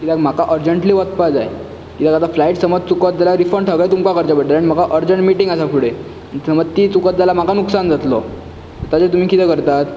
कित्याक म्हाका अर्जंटली वचपाक जाय कित्याक आता फ्लायट समज चुकत जाल्यार रिफंड सगळो तुमकां करचो पडटलो आनी म्हाका अर्जंट मिटींग आसा फुडें समज ती चुकत जाल्यार म्हाका लुकसाण जातलो तर तुमी कितें करतात